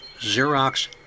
Xerox